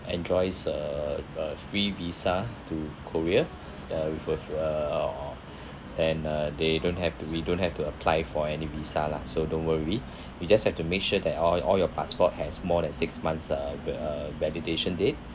enjoys uh uh free visa to korea uh with a uh or and uh they don't have to we don't have to apply for any visa lah so don't worry we just have to make sure that all all your passport has more than six months uh uh validation date